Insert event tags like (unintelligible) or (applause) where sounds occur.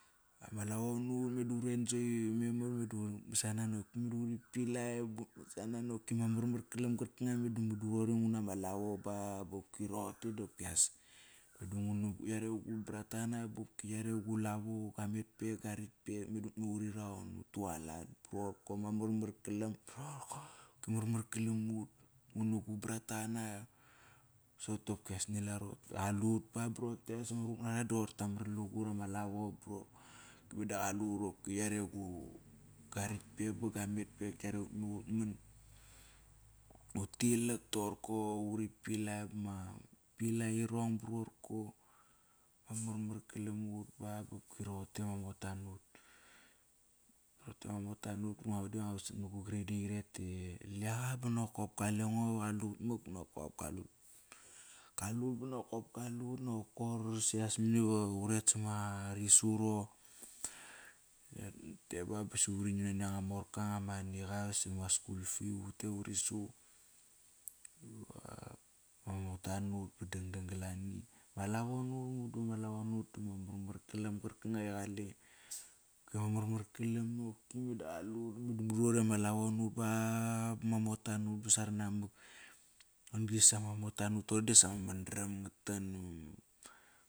Ama lavo nut, meda urenjoy memar. (unintelligible) Ma marmar kalam qarkanga meda mudu roqori nguna ma lavo ba bopki roqote dopkias (unintelligible) yare gu brata qona, boki yare gu lavo gua met pek gua rakt pek meda utme uri raun, utu aalt ba ror ko, ma mar ma kalam (unintelligible) marmar kalom ut nginu gu brata qana. (unintelligible) Qalut ba ba roqote qopkias ama ruqup nara das koir tamat lugut ama lavo. Meda qalut (unintelligible) yare gurapek ba gua metpek ktiare utme utman. Ut tilak toqorko, uri pilai bama pilai irong ba ror ko. Marmar kalam ut ba bopki roqote ma mota nut. Rote ama mota nut, ngo di ngua vasat na gu grade eight ete liaqa bo nokop kalengo, qalut maknokop kalut. Kalut ba nokop kalut nokop Sias mani va uret savat ma risu qo (unintelligible) ba bosi uri nam nani anga morka anga maniqa sama skul fi vu tet uri su. (hesitation) Ma mota nut ba dangdang golani. Ma lavo nut, mudu amalavo nut dama mar mar kolam qarka nga i qale. (unintelligible) Mudu roqori ama lavo nut ba- bama mota nut ba saro namak. Ron gri sama mota naut tori dosam ma madaram nga tan.